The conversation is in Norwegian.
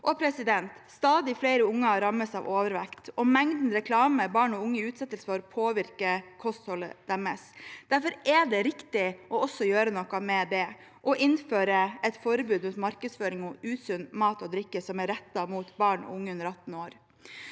og forbrukere. Stadig flere unger rammes av overvekt, og mengden reklame barn og unge utsettes for, påvirker kostholdet deres. Derfor er det riktig å gjøre noe med det ved å innføre et forbud mot markedsføring av usunn mat og drikke som er rettet mot barn og unge under 18 år.